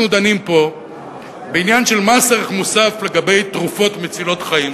אנחנו דנים פה בעניין של מס ערך מוסף לגבי תרופות מצילות חיים.